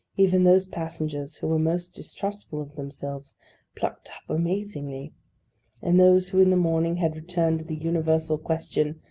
even those passengers who were most distrustful of themselves plucked up amazingly and those who in the morning had returned to the universal question,